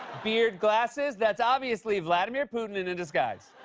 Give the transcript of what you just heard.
beard, glasses? that's obviously vladimir putin in a disguise.